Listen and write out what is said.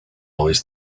always